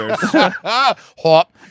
Hop